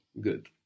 Good